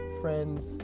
friends